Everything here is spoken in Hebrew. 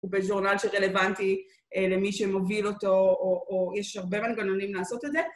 ובג'ורנל שרלוונטי למי שמוביל אותו, או יש הרבה מנגנונים לעשות את זה.